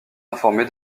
informé